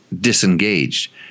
disengaged